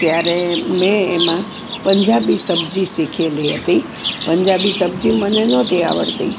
ત્યારે મેં એમાં પંજાબી સબજી શીખેલી હતી પંજાબી સબજી મને નહોતી આવડતી